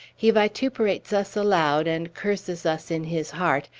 he vituperates us aloud, and curses us in his heart,